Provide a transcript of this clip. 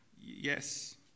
Yes